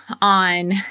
on